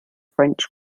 french